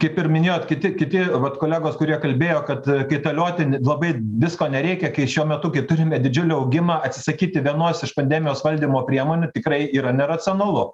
kaip ir minėjot kiti kiti vat kolegos kurie kalbėjo kad kaitalioti labai visko nereikia kai šiuo metu kai turime didžiulį augimą atsisakyti vienos iš pandemijos valdymo priemonių tikrai yra neracionalu